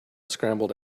scrambled